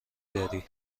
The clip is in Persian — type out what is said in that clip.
داری